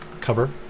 cover